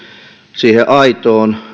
siihen aitoon